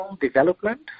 development